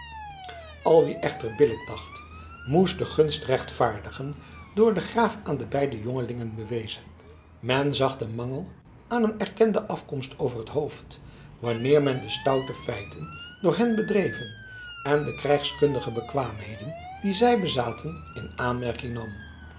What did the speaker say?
al wie echter billijk dacht moest de gunst rechtvaardigen door den graaf aan de beide jongelingen bewezen men zag den mangel aan een erkende afkomst over het hoofd wanneer men de stoute feiten door hen bedreven en de krijgskundige bekwaamheden die zij bezaten in aanmerking nam